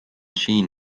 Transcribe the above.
jean